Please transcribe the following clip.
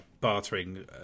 bartering